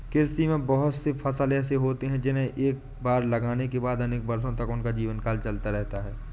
कृषि में बहुत से फसल ऐसे होते हैं जिन्हें एक बार लगाने के बाद अनेक वर्षों तक उनका जीवनकाल चलता रहता है